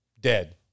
dead